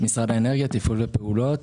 משרד האנרגיה, תפעול ופעולות,